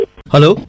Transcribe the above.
Hello